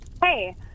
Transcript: Hey